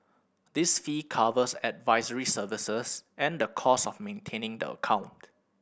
this fee covers advisory services and the costs of maintaining the account